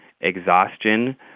exhaustion